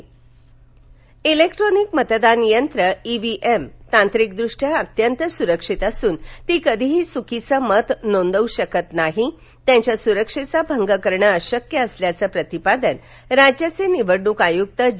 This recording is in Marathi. ईव्हीएम इलेक्ट्रॉनिक मतदान यंत्रे ईव्हीएम तांत्रिकदृष्ट्या अत्यंत सुरक्षित असून ती कधीही चुकीचं मत नोंदव् शकत नाहीत्यांच्या सुरक्षेचा भंग करणं अशक्य असल्याचं प्रतिपादन राज्याचे निवडणूक आयुक्त ज